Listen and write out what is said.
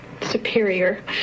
superior